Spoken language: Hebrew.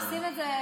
עושים את זה.